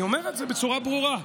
אני אומר את זה בצורה ברורה,